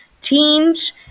teams